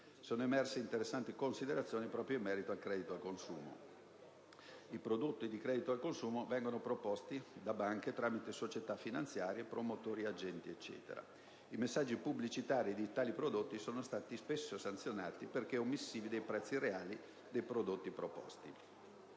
Sono emerse interessanti considerazioni in merito al credito al consumo. I prodotti di credito al consumo vengono proposti dalle banche tramite società finanziarie, promotori, agenti e così via. I messaggi pubblicitari di tali prodotti sono stati spesso sanzionati perché omissivi sui prezzi reali dei prodotti proposti.